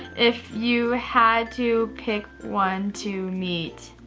if you had to pick one to meet